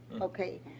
okay